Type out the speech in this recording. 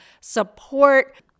support